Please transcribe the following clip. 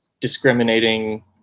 discriminating